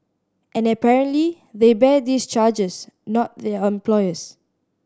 and apparently they bear these charges not their employers